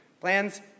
Plans